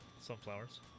sunflowers